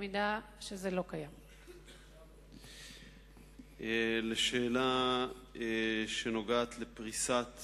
1. לשאלה שנוגעת לפריסת